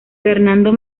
fernando